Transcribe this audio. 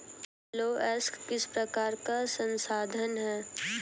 लौह अयस्क किस प्रकार का संसाधन है?